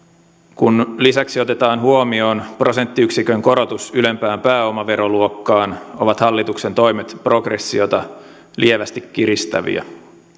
kun lisäksi otetaan huomioon prosenttiyksikön korotus ylempään pääomaveroluokkaan ovat hallituksen toimet progressiota lievästi kiristäviä